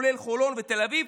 כולל חולון ותל אביב.